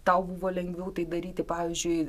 tau buvo lengviau tai daryti pavyzdžiui